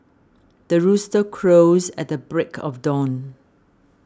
the rooster crows at the break of dawn